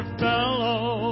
fellow